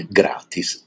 gratis